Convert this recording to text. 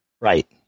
Right